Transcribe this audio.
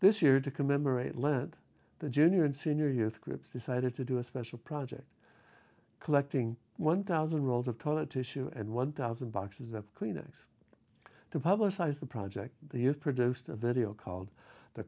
this year to commemorate lead the junior and senior youth groups decided to do a special project collecting one thousand rolls of toilet tissue and one thousand boxes of kleenex to publicize the project that has produced a video called the